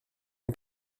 mae